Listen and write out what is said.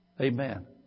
Amen